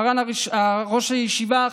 מר"ן ראש הישיבה,